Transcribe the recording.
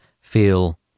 feel